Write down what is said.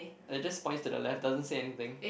like just points to the left doesn't say anything